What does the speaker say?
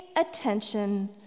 attention